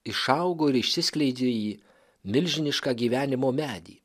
išaugo ir išsiskleidė į milžinišką gyvenimo medį